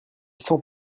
sans